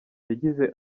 yagize